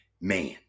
man